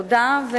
תודה.